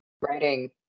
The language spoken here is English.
writing